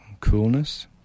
coolness